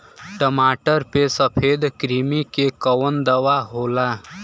टमाटर पे सफेद क्रीमी के कवन दवा होला?